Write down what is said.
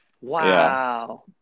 wow